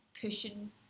pushing